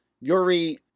Yuri